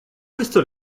questo